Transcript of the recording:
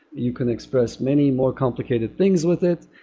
you can express many more complicated things with it.